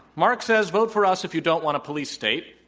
marc says, vote for us if you don't want a police state.